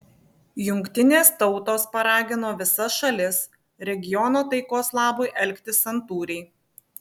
jungtinės tautos paragino visas šalis regiono taikos labui elgtis santūriai